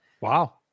wow